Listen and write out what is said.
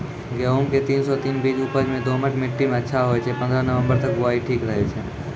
गेहूँम के तीन सौ तीन बीज उपज मे दोमट मिट्टी मे अच्छा होय छै, पन्द्रह नवंबर तक बुआई ठीक रहै छै